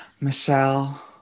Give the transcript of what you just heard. Michelle